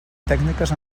tècniques